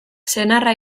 senarra